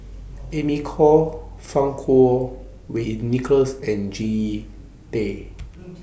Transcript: Amy Khor Fang Kuo Wei Nicholas and Jean Tay